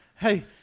Hey